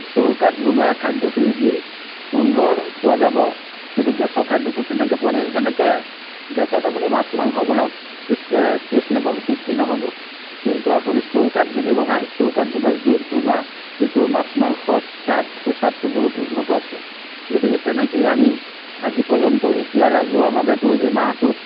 চৌকাত বনোৱা খাদ্যখিনি যি সুন্দৰ পোৱা যাব কিন্তু গেছৰ খাদ্যটো তেনেকৈ পোৱা নাযায় যেনেকৈ গেছত আপুনি মাছ মাংস বনাওঁক তেচ টেষ্ট নাপাব তৃপ্তি নহ'ব কিন্তু আপুনি চৌকাত যদি বনাই চৌকাত বনোৱা জুইত বনোৱা যিটো মাছ মাংসৰ স্বাদ সেই স্বাদতো বহুত উন্নত আছে গতিকে তেনেকৈয়ে আমি আজি পৰ্য্যন্ত এতিয়া ৰাজহুৱা ভাবেতো এই মাহটোত